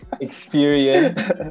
experience